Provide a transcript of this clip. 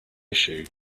issue